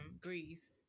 Greece